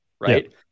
right